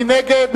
מי נגד?